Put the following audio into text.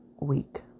week